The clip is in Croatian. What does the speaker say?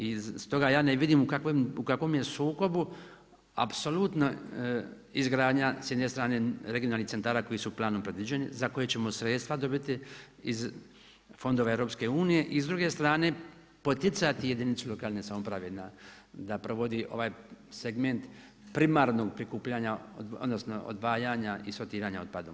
I stoga ja ne vidim u kakvom je sukobu apsolutno izgradnja s jedne strane regionalnih centara koji su planom predviđani, za koji ćemo se sredstva dobiti iz fondova EU-a i s druge strane poticati jedinicu lokalne samouprave da provodi ovaj segment primarnog prikupljanja odnosno odvajanja i sortiranja otpadom.